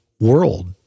world